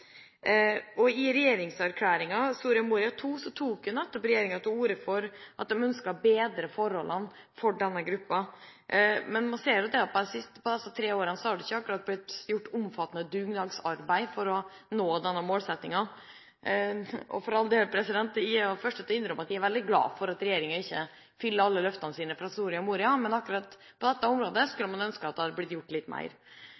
I regjeringserklæringen Soria Moria II tok regjeringa til orde for at de ønsket å bedre forholdene for denne gruppen. Men man ser at på disse tre årene har det ikke akkurat blitt gjort omfattende dugnadsarbeid for å nå denne målsettingen. For all del: Jeg er den første til å innrømme at jeg er veldig glad for at regjeringa ikke oppfyller alle sine løfter fra Soria Moria, men akkurat på dette området skulle man ønske at det var blitt gjort litt mer.